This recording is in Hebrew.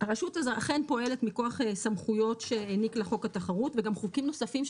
הרשות אכן פועלת מכוח סמכויות שהעניק לה חוק התחרות וחוקים נוספים,